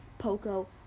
Poco